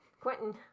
Quentin